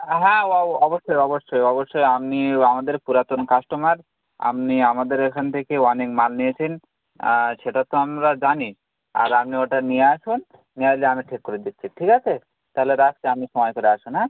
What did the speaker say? হ্যাঁ অবশ্যই অবশ্যই অবশ্যই আপনি আমাদের পুরাতন কাস্টমার আপনি আমাদের এখান থেকে অনেক মাল নিয়েছেন সেটা তো আমরা জানি আর আমনি ওটা নিয়ে আসুন নিয়ে আসলে আমি ঠিক করে দিচ্ছি ঠিক আছে তালে রাখছি আপনি সময় করে আসুন হ্যাঁ